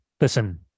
listen